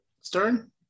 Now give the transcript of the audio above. Stern